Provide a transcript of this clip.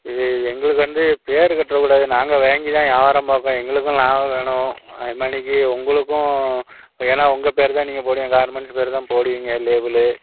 இது எங்களுக்கு வந்து பேர் கெட்டுடக்கூடாது நாங்கள் வாங்கி தான் வியாபாரம் பார்ப்போம் எங்களுக்கும் லாபம் வேணும் அதுமானிக்கு உங்களுக்கும் ஏன்னா உங்கள் பேர் தான் நீங்கள் போடுங்கள் கார்மெண்ட்ஸ் பேர் தான் போடுவீங்க லேபிளு